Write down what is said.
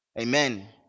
Amen